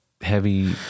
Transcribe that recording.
heavy